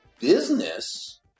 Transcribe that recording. business